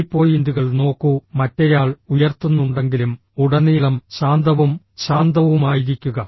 ഈ പോയിന്റുകൾ നോക്കൂ മറ്റേയാൾ ഉയർത്തുന്നുണ്ടെങ്കിലും ഉടനീളം ശാന്തവും ശാന്തവുമായിരിക്കുക